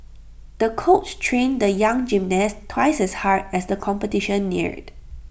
the coach trained the young gymnast twice as hard as the competition neared